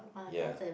ya